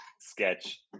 sketch